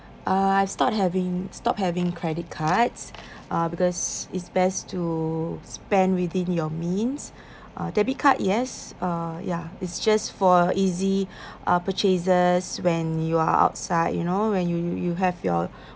uh I stop having stopped having credit cards uh because it's best to spend within your means uh debit card yes uh ya it's just for easy uh purchases when you are outside you know when you you you have your